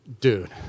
Dude